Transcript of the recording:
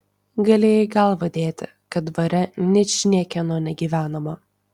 galėjai galvą dėti kad dvare ničniekieno negyvenama